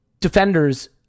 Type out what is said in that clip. defenders